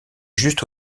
juste